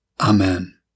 Amen